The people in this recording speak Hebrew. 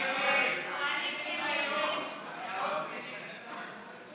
של קבוצת חבר הכנסת יואל חסון לסעיף 1 לא נתקבלה.